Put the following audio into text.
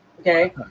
Okay